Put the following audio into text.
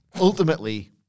Ultimately